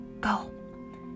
Go